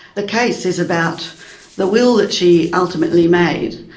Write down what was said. the case is about the will that she ultimately made,